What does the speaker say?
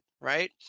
right